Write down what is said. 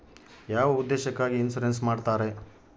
ಯಾವ ಉದ್ದೇಶಕ್ಕಾಗಿ ಇನ್ಸುರೆನ್ಸ್ ಮಾಡ್ತಾರೆ?